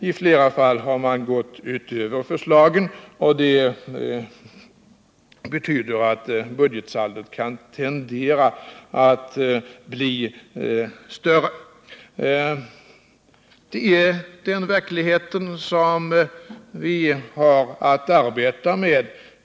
I flera fall har riksdagen gått utöver regeringens förslag, och det betyder att budgetsaldot kan tendera att bli större. Det är den verklighet som vi har att arbeta med.